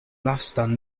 lastan